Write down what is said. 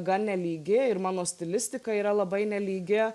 gan nelygi ir mano stilistika yra labai nelygi